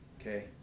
Okay